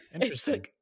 interesting